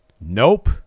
Nope